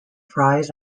fries